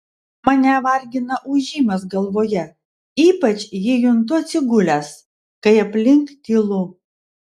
mane vargina ūžimas galvoje ypač jį juntu atsigulęs kai aplink tylu